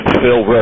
Phil